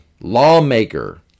Lawmaker